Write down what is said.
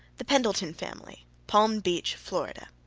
the pendleton family, palm beach, florida.